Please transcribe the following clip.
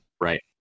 Right